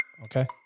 Okay